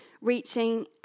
reaching